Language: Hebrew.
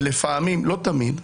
לפעמים, לא תמיד,